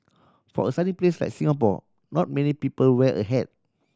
for a sunny place like Singapore not many people wear a hat